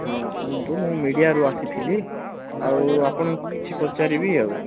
ହଁ ଶୁଣନ୍ତୁ ମୁଁ ମିଡ଼ିଆରୁ ଆସିଥିଲି ଆଉ ଆପଣଙ୍କୁ କିଛି ପଚାରିବି ଆଉ